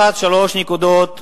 לקחת שלוש נקודות בצפון,